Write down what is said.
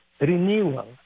Renewal